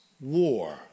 war